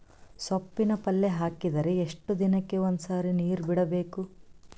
ಸೊಪ್ಪಿನ ಪಲ್ಯ ಹಾಕಿದರ ಎಷ್ಟು ದಿನಕ್ಕ ಒಂದ್ಸರಿ ನೀರು ಬಿಡಬೇಕು?